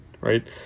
Right